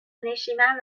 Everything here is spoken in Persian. نشیمن